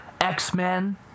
X-Men